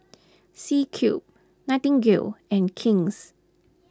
C Cube Nightingale and King's